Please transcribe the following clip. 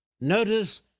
Notice